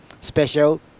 special